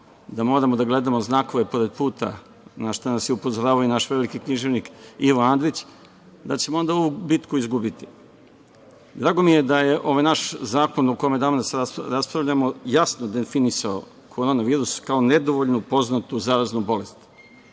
da moramo da gledamo znakove pored puta, na šta nas je upozoravao i naš veliki književnik Ivo Andrić, da ćemo onda ovu bitku izgubiti. Drago mi je da je ovaj naš zakon o kome danas raspravljamo jasno definisao korona virus kao nedovoljno poznatu zaraznu bolest.